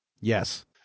Yes